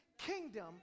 kingdom